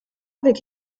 avec